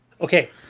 Okay